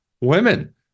women